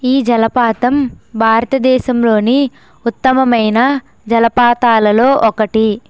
ఈ జలపాతం భారతదేశంలోని ఉత్తమమైన జలపాతాలలో ఒకటి